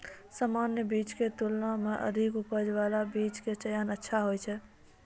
सामान्य बीज के तुलना मॅ अधिक उपज बाला बीज के चयन अच्छा होय छै